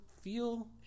feel